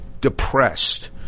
depressed